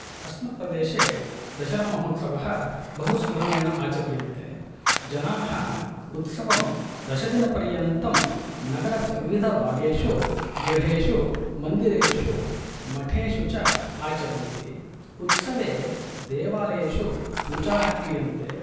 अस्मत् प्रदेशे दशरामहोत्सवः बहु सम्भ्रमेण आचर्येन्ते जनाः उत्सवं दशदिनपर्यन्तं नगरस्य विविधभागेषु गृहेषु मन्दिरेषु मठेषु च आचरन्ति उत्सवे देवालयेषु पूजाः क्रियन्ते